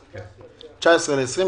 ל-419.